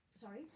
Sorry